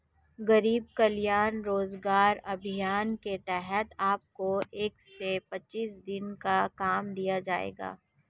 गरीब कल्याण रोजगार अभियान के तहत आपको एक सौ पच्चीस दिनों का काम दिया जाएगा